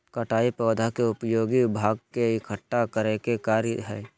कटाई पौधा के उपयोगी भाग के इकट्ठा करय के कार्य हइ